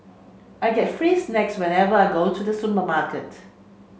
I get free snacks whenever I go to the supermarket